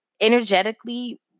energetically